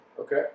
Okay